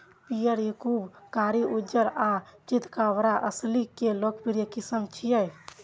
पीयर, याकूब, कारी, उज्जर आ चितकाबर असील के लोकप्रिय किस्म छियै